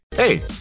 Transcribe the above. Hey